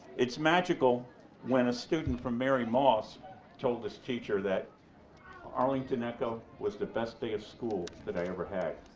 it's magical when a student from mary moss told his teacher that arlington echo was the best day of school that i ever head.